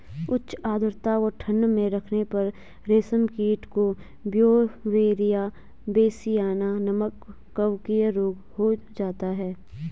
उच्च आद्रता व ठंड में रखने पर रेशम कीट को ब्यूवेरिया बेसियाना नमक कवकीय रोग हो जाता है